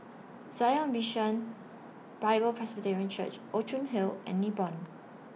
Zion Bishan Bible Presbyterian Church Outram Hill and Nibong